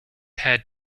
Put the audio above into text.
had